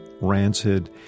rancid